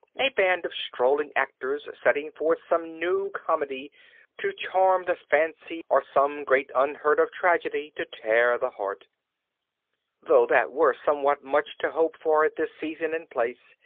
a band of strolling actors setting forth some new comedy to charm the fancy or some great unheard-of tragedy to tear the heart though that were somewhat much to hope for at this season and place,